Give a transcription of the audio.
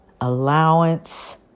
allowance